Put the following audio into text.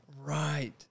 Right